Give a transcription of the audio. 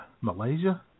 Malaysia